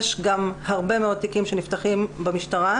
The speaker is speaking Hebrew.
יש גם הרבה מאוד תיקים שנפתחים במשטרה.